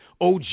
OG